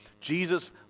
Jesus